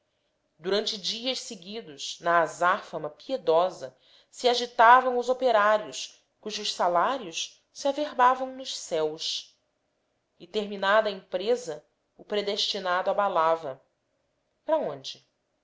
pedras durante dias seguidos na azáfama piedosa se agitavam os operários cujos salários se averbavam nos céus e terminada a empresa o predestinado abalava para onde